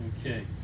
Okay